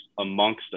amongst